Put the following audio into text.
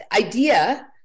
idea